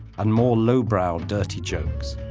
and more lowbrow dirty jokes.